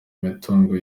imitungo